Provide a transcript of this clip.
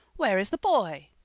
where is the boy?